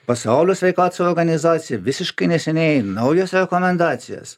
pasaulio sveikatos organizacija visiškai neseniai naujos rekomendacijos